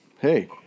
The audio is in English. hey